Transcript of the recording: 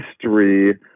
history